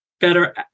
better